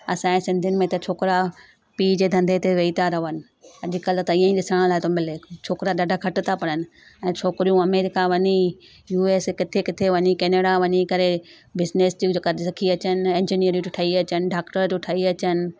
असांजे सिंधियुनि में त छोकिरा पीउ जे धंधे ते वेई था रहनि अॼुकल्ह त इहो ई ॾिसण लाइ थो मिले छोकिरा ॾाढा घटि था पढ़नि ऐं छोकिरियूं अमेरिका वञी यू एस ए किथे किथे वञी केनेडा वञी करे बिज़नस थियूं क सिखी अचनि इंजिनियरियूं थियूं ठई अचनि डाक्टर थियूं ठई अचनि